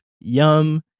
Yum